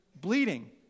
bleeding